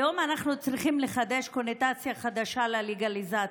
היום אנחנו צריכים לחדש קונוטציה חדשה ללגליזציה,